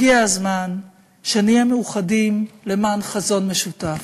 הגיע הזמן שנהיה מאוחדים למען חזון משותף.